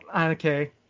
Okay